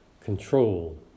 control